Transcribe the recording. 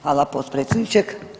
Hvala potpredsjedniče.